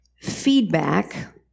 feedback